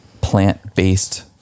plant-based